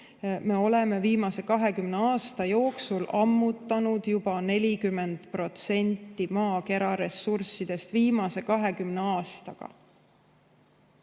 Me oleme viimase 20 aasta jooksul ammutanud juba 40% maakera ressurssidest. Ainuüksi viimase 20 aastaga! Nüüd